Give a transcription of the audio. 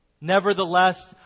Nevertheless